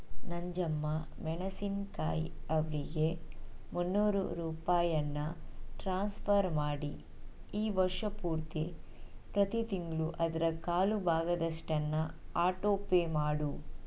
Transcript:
ನಂಜಮ್ಮ ಮೆಣಸಿನ್ಕಾಯಿ ಅವರಿಗೆ ಮುನ್ನೂರು ರೂಪಾಯಿಯನ್ನ ಟ್ರಾನ್ಸ್ಫರ್ ಮಾಡಿ ಈ ವರ್ಷ ಪೂರ್ತಿ ಪ್ರತಿ ತಿಂಗಳೂ ಅದರ ಕಾಲು ಭಾಗದಷ್ಟನ್ನು ಆಟೋಪೇ ಮಾಡು